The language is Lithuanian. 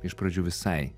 iš pradžių visai